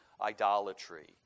idolatry